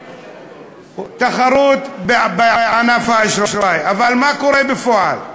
ותחרות בענף האשראי, אבל מה קורה בפועל?